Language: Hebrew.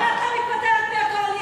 למה את לא מתפטרת מהקואליציה?